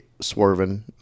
swerving